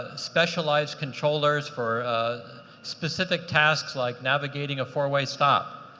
specialized controllers for specific tasks like navigating a four way stop.